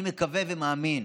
אני מקווה ומאמין